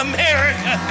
America